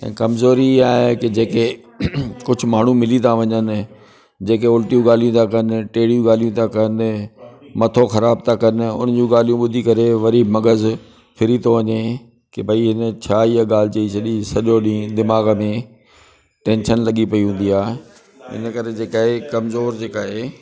ऐं कमज़ोरी आहे कि जेके कुझु माण्हू मिली था वञनि जेके उलटियूं ॻाल्हियूं था कनि टेड़ियूं ॻाल्हियूं था कनि मथो ख़राब था कनि उन जूं ॻाल्हियूं ॿुधी करे वरी मग़जु फिरी थो वञे की भई हिन छा इहा ॻाल्हि जी जड़ी सॼो ॾींहुं दिमाग़ में टैंशन लॻी पई हूंदी आहे हिन करे जेका इहे कमज़ोर जेका आहे